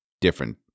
different